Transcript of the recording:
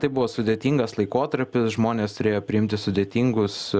tai buvo sudėtingas laikotarpis žmonės turėjo priimti sudėtingus